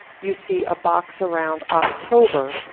you see a box around october.